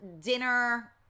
dinner